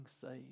saved